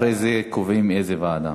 ואחרי זה קובעים לאיזו ועדה.